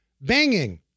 banging